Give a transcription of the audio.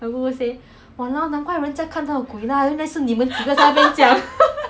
then that time his hair cut really damn short already then his bunk got this